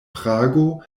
prago